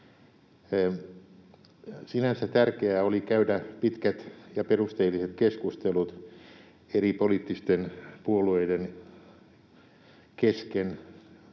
Sinänsä tärkeää oli käydä pitkät ja perusteelliset keskustelut eri poliittisten puolueiden kesken